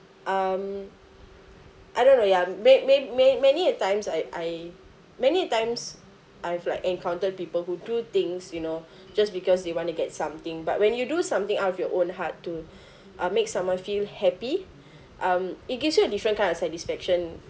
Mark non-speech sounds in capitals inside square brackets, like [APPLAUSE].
um I don't know ya ma~ ma~ ma~ many a times I I many times I've like encountered people who do things you know [BREATH] just because they want to get something but when you do something out of your own heart to [BREATH] uh make someone feel happy um it gives you a different kind of satisfaction